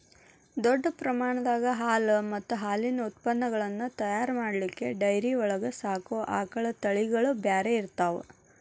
ದೊಡ್ಡ ಪ್ರಮಾಣದಾಗ ಹಾಲು ಮತ್ತ್ ಹಾಲಿನ ಉತ್ಪನಗಳನ್ನ ತಯಾರ್ ಮಾಡ್ಲಿಕ್ಕೆ ಡೈರಿ ಒಳಗ್ ಸಾಕೋ ಆಕಳ ತಳಿಗಳು ಬ್ಯಾರೆ ಇರ್ತಾವ